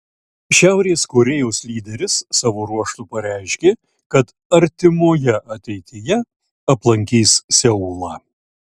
šiaurės korėjos lyderis savo ruožtu pareiškė kad artimoje ateityje aplankys seulą